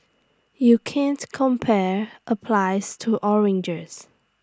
you can't compare applies to oranges